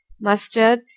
mustard